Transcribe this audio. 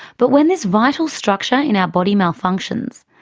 but when this vital structure in our body malfunctions,